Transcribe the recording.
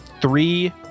three